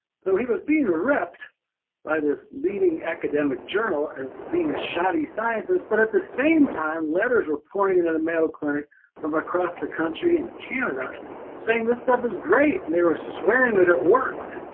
so he was being ripped by this leading academic journal as being a shoddy scientist, but at the same time letters were pouring into the mayo clinic from across the country and canada saying this stuff is great. were swearing that it worked.